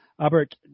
Albert